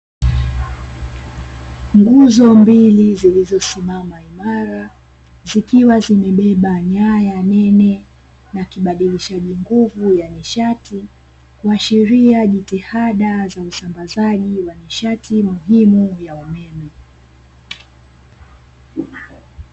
Nguzo mbili zilizosimama imara zikiwa zimebeba nyaya nene na kibadilishaji nguvu ya nishati, kuashiria jitihada za usambazaji wa nishati muhimu ya umeme.